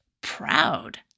proud